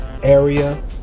Area